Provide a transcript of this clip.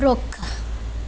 ਰੁੱਖ